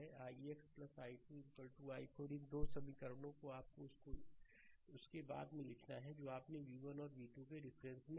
तो यह ix i2 i4 है इन 2 समीकरणों को आपको उसके बाद लिखना है जो आपने v1 और v2 के रिफरेंस में रखे हैं